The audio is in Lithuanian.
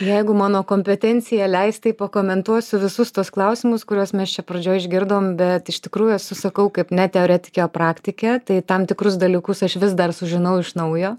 jeigu mano kompetencija leis tai pakomentuosiu visus tuos klausimus kuriuos mes čia pradžioj išgirdom bet iš tikrųjų esu sakau kaip ne teoretikė o praktikė tai tam tikrus dalykus aš vis dar sužinau iš naujo